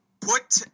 put